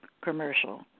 commercial